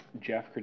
Jeff